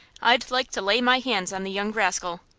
i'd like to lay my hands on the young rascal.